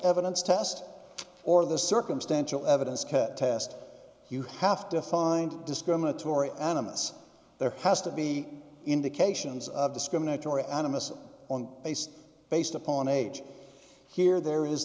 evidence test or the circumstantial evidence test you have to find discriminatory animists there has to be indications of discriminatory animus on base based upon age here there is